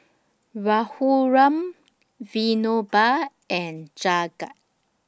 Raghuram Vinoba and Jagat